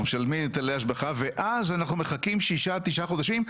אנחנו משלמים היטלי השבחה ואז אנחנו מחכים שישה עד תשעה חודשים.